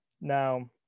Now